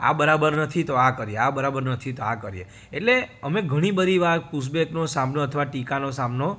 આ બરાબર નથી તો આ કરીએ આ બરાબર નથી તો આ કરીએ એટલે અમે ઘણી બધી વાર પુશબેકનો સામનો અથવા ટીકાનો સામનો